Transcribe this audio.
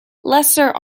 lesser